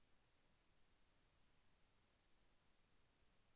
బాస్మతి మూలం భారతదేశంలోనా?